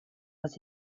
was